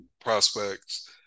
prospects